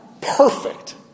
perfect